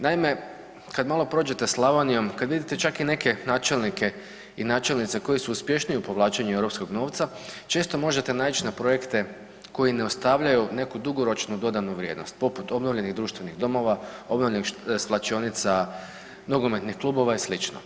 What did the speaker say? Naime, kada malo prođete Slavonijom, kad vidite čak i neke načelnike i načelnice koji su uspješniji u povlačenju europskog novca, često možete naići na projekte koji ne ostavljaju neku dugoročnu dodanu vrijednost, poput obnovljenih društvenih domove, obnovljenih svlačionica nogometnih klubova i slično.